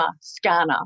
scanner